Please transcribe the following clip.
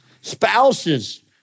Spouses